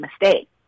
mistake